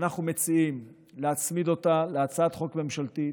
אנחנו מציעים להצמיד אותה להצעת חוק ממשלתית,